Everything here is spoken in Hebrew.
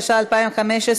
התשע"ה 2015,